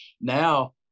now